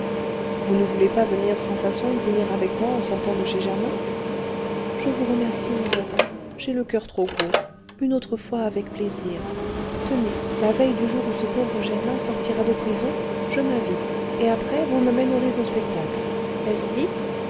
vous ne voulez pas venir sans façon dîner avec moi en sortant de chez germain je vous remercie mon voisin j'ai le coeur trop gros une autre fois avec plaisir tenez la veille du jour où ce pauvre germain sortira de prison je m'invite et après vous me mènerez au spectacle est-ce dit